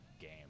game